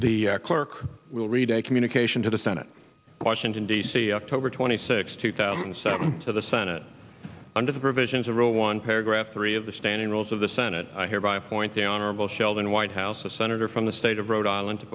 the clerk will read a communication to the senate washington d c october twenty sixth two thousand and seven to the senate under the provisions of rule one paragraph three of the standing rules of the senate i hereby appoint the honor well sheldon whitehouse a senator from the state of rhode island